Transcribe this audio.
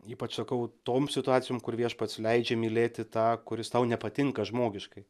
ypač sakau tom situacijom kur viešpats leidžia mylėti tą kuris tau nepatinka žmogiškai